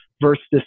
versus